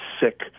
sick